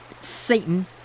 Satan